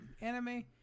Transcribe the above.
anime